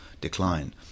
decline